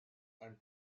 and